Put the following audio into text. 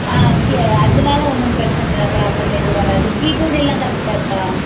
ஆ K அதனால ஒன்றும் பிரச்சின இல்லை ப்ராப்ளம் எதுவும் வராது கீ போர்டு எல்லாம் கரெக்டாக இருக்கா